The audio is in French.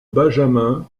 benjamin